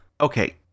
okay